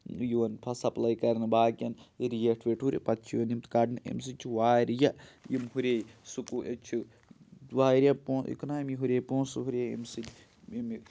یِوان سپلاے کَرنہٕ باقٕیَن ییٚلہِ ریٹھ ویٹھ ہُرِ پَتہٕ چھِ یِوان یِم کَڑنہٕ امہِ سۭتۍ چھِ واریاہ یِم ہُرے سکوٗ ییٚتہِ چھِ واریاہ پو یہِ کٕنان امی ہُرے پونٛسہٕ ہُرے اَمہِ سۭتۍ ییٚمہِ